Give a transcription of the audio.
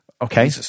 okay